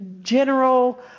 general